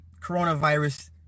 coronavirus